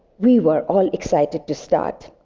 we were all excited to start,